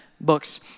books